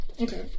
Okay